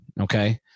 okay